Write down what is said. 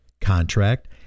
contract